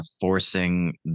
forcing